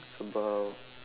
it's about